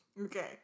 Okay